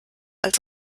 als